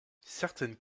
certaines